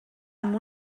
amb